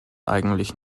eigentlich